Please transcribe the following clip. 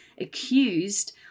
accused